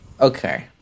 okay